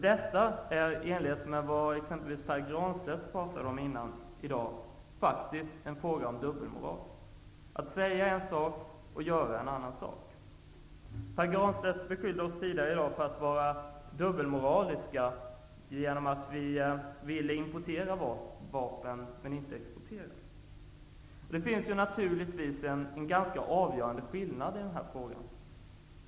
Detta är faktiskt, precis som Pär Granstedt sade tidigare i dag, fråga om dubbelmoral -- att säga en sak, men göra en annan sak. Pär Granstedt beskyllde oss tidigare för att utöva dubbelmoral, eftersom vi i Sverige tillåter import av vapen men inte export av dem. Det finns, naturligtvis, en ganska avgörande skillnad i denna fråga.